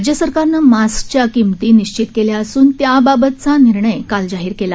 राज्य सरकारने मास्कच्या किंमती निश्चित केल्या असून त्याबाबतचा निर्णय काल जाहीर केला